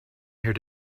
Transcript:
here